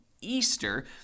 Easter